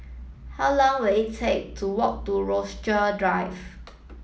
how long will it take to walk to Rochester Drive